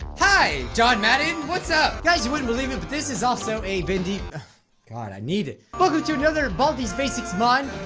hi john madden, what's up guys? you wouldn't believe it. but this is also a vindi god. i need it welcome to another of baldies basics mom.